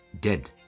dead